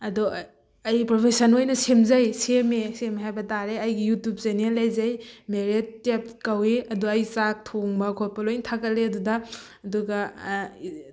ꯑꯗꯣ ꯑꯩ ꯄ꯭ꯔꯣꯐꯦꯁꯟ ꯑꯣꯏꯅ ꯁꯦꯝꯖꯩ ꯁꯦꯝꯃꯦ ꯁꯦꯝꯃꯦ ꯍꯥꯏꯕ ꯇꯥꯔꯦ ꯑꯩꯒꯤ ꯌꯨꯇꯨꯕ ꯆꯦꯅꯦꯜ ꯂꯩꯖꯩ ꯃꯦꯔꯦꯠ ꯇꯦꯞ ꯀꯧꯋꯤ ꯑꯗꯨ ꯑꯩ ꯆꯥꯛ ꯊꯣꯡꯕ ꯈꯣꯠꯄ ꯂꯣꯏ ꯊꯥꯒꯠꯂꯤ ꯑꯗꯨꯗ ꯑꯗꯨꯒ